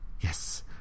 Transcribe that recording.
Yes